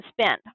spend